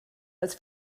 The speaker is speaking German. als